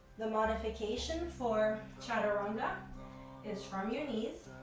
the modification for chaturanga is from your knees,